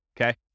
Okay